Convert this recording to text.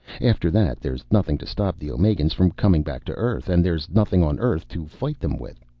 after that, there's nothing to stop the omegans from coming back to earth and there's nothing on earth to fight them with.